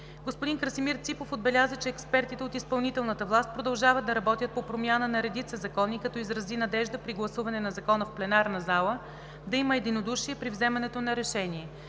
Господин Красимир Ципов отбеляза, че експертите от изпълнителната власт продължават да работят по промяна на редица закони, като изрази надежда при гласуването на Закона в пленарната зала да има единодушие при вземането на решение.